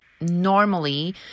Normally